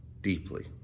deeply